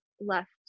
left